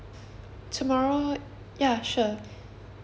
tomorrow ya sure